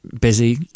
busy